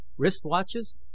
wristwatches